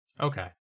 Okay